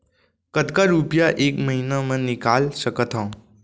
कतका रुपिया एक महीना म निकाल सकथव?